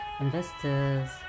investors